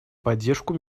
поддержку